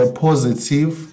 positive